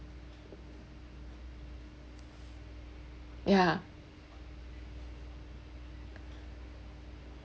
ya